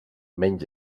menys